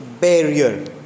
Barrier